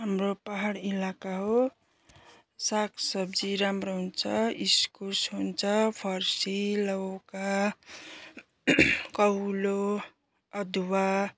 हाम्रो पाहाड इलाका हो सागसब्जी राम्रो हुन्छ इस्कुस हुन्छ फर्सी लौका काउलो अदुवा